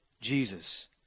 Jesus